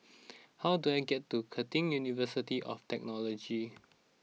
how do I get to Curtin University of Technology